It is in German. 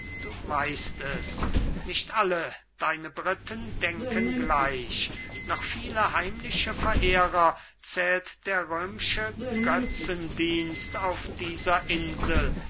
du weißt es nicht alle deine briten denken gleich noch viele heimliche verehrer zählt der röm'sche götzendienst auf dieser insel